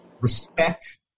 respect